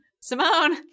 Simone